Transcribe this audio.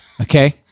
Okay